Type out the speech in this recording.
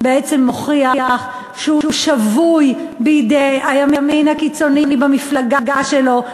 בעצם מוכיח שהוא שבוי בידי הימין הקיצוני במפלגה שלו,